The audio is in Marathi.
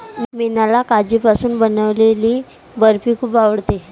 मीनाला काजूपासून बनवलेली बर्फी खूप आवडते